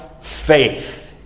faith